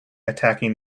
attacking